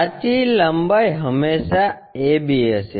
સાચી લંબાઈ હંમેશાં a b હશે